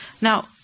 Now